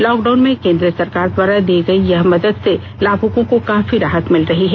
lockdown में केंद्र सरकार द्वारा की गई यह मदद से लाभुकों को काफी राहत मिल रही है